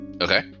Okay